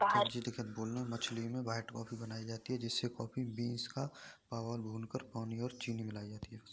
Malaysia में white coffee बनाई जाती है जिसमें कॉफी बींस को पाम आयल में भूनकर दूध और चीनी मिलाया जाता है